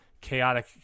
chaotic